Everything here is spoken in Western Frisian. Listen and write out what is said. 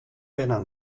binne